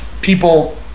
people